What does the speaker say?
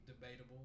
debatable